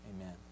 Amen